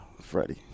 Freddie